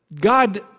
God